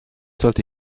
sollte